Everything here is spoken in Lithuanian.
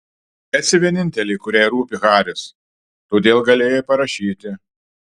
esi vienintelė kuriai rūpi haris todėl galėjai parašyti